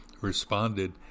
responded